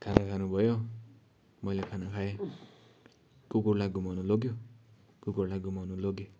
खाना खानु भयो मैले खाना खाएँ कुकुरलाई घुमाउनु लग्यो कुकुरलाई घुमाउन लगेँ